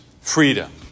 freedom